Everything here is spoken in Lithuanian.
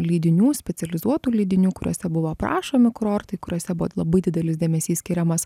leidinių specializuotų leidinių kuriuose buvo aprašomi kurortai kuriuose buvo labai didelis dėmesys skiriamas